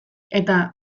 eta